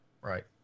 Right